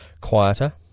quieter